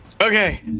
Okay